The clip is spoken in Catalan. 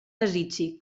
desitgi